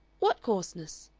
what coarseness?